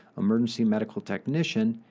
emergency medical technician,